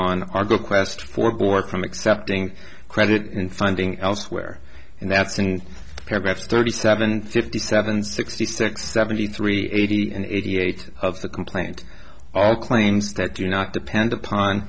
on our good quest for board from accepting credit and finding elsewhere and that's in paragraphs thirty seven fifty seven sixty six seventy three eighty and eighty eight of the complaint all claims that do not depend upon